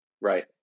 Right